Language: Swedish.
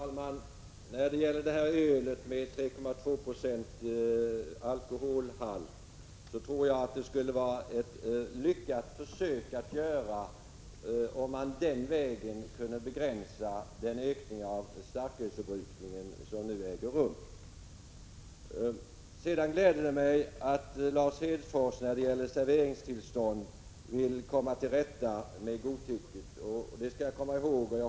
Herr talman! Ett försök med att införa ett öl med en alkoholhalt på 3,2 Ice tror jag vore värdefullt, om man den vägen kunde begränsa den ökning av starkölsförbrukningen som nu äger rum. Sedan vill jag säga att det gläder mig att Lars Hedfors när det gäller serveringstillstånd vill komma till rätta med godtycket. Det skall jag komma ihåg.